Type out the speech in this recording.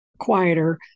quieter